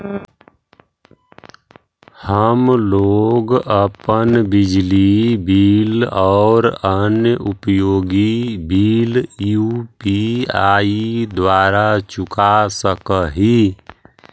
हम लोग अपन बिजली बिल और अन्य उपयोगि बिल यू.पी.आई द्वारा चुका सक ही